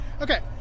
Okay